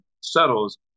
settles